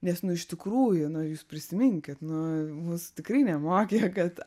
nes nu iš tikrųjų nu jūs prisiminkit nu mūsų tikrai nemokė kad